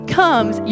comes